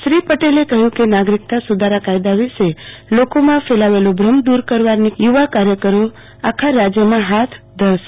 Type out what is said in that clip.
શ્રી પટેલે કહ્યુ કે નાગરીકતા સુધારા કાયદા વિશે લોકોમાં ફેલાવેલો ભ્રમ દુર કરવાની કવાયત યુ વા કાર્યકરો આખા રાજયમાં હાથ ધરશે